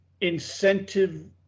Incentive